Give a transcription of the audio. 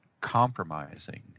compromising